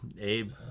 Abe